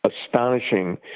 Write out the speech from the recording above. astonishing